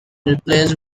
replaced